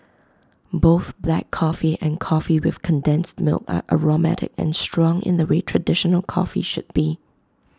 both black coffee and coffee with condensed milk are aromatic and strong in the way traditional coffee should be